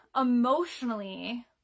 emotionally